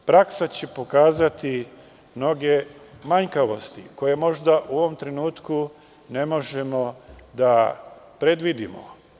Praksa će pokazati mnoge manjkavosti koje možda u ovom trenutku ne možemo da predvidimo.